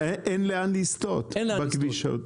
ואין לאן לסטות בכביש הזה.